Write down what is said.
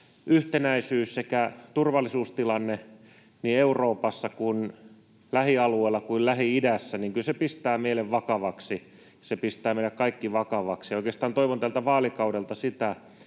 yhtenäisyys ja turvallisuustilanne niin Euroopassa, lähialueilla kuin Lähi-idässä pistää mielen vakavaksi ja se pistää meidät kaikki vakavaksi, ja oikeastaan